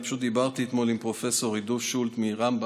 פשוט דיברתי אתמול עם פרופ' עידו שולט מרמב"ם,